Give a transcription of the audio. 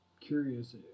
curious